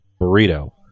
burrito